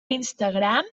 instagram